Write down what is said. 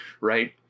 right